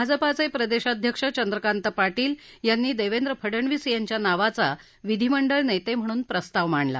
भाजपाचे प्रदेशाध्यक्ष चंद्रकांत पाटील यांनी देवेंद्र फडनवीस यांच्या नावाचा विधीमंडळ नेते म्हणून प्रस्ताव मांडला